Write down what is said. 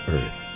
Earth